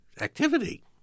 activity